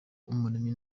umuremyi